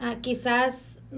quizás